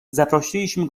zaprosiliśmy